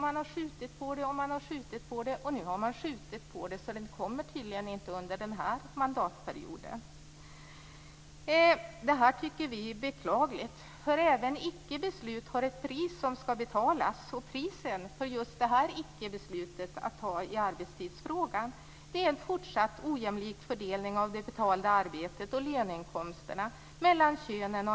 Man har skjutit på det, och nu har man skjutit på det så att den tydligen inte kommer under den här mandatperioden. Det här tycker vi är beklagligt. Även icke-beslut har ett pris som skall betalas, och priset för just det här icke-beslutet i arbetstidsfrågan är en försatt ojämlik fördelning av det betalda arbetet och löneinkomsterna mellan könen.